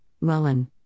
Mullen